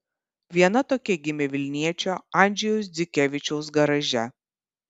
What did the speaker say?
viena tokia gimė vilniečio andžejaus dzikevičiaus garaže